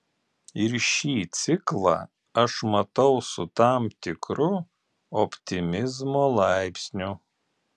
ir šį ciklą aš matau su tam tikru optimizmo laipsniu